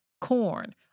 corn